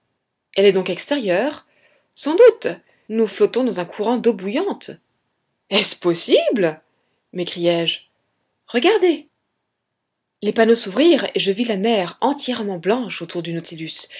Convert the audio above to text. elle est donc extérieure sans doute nous flottons dans un courant d'eau bouillante est-il possible m'écriai-je regardez les panneaux s'ouvrirent et je vis la mer entièrement blanche autour du nautilus